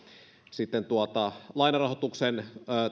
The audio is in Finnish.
lainarahoituksen